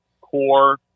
core